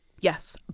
yes